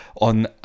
on